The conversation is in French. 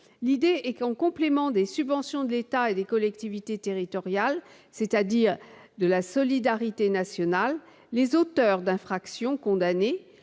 L'idée est qu'en complément des subventions de l'État et des collectivités territoriales, c'est-à-dire de la solidarité nationale, les auteurs d'infractions condamnés